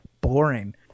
boring